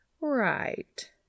Right